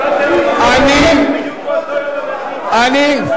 באמת, ממשלת ימין נותנת לגיטימציה ליום האדמה.